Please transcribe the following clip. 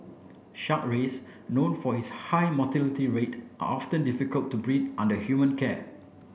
Shark rays known for its high mortality rate are often difficult to breed under human care